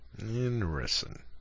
interesting